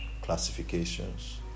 classifications